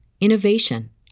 innovation